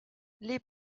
les